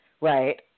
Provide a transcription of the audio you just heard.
right